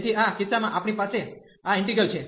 તેથી આ કિસ્સામાં આપણી પાસે આ ઈન્ટિગ્રલ છે